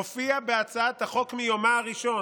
הופיע בהצעת החוק מיומה הראשון.